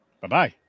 Bye-bye